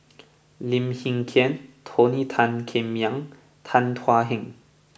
Lim Hng Kiang Tony Tan Keng Yam Tan Thuan Heng